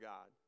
God